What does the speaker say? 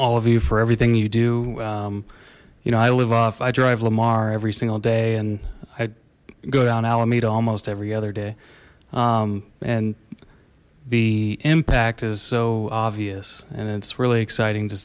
all of you for everything you do you know i live off i drive lamar every single day and i go down alameda almost every other day and the impact is so obvious and it's really exciting to